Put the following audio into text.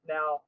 Now